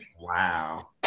Wow